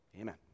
Amen